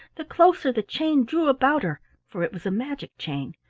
the closer the chain drew about her, for it was a magic chain.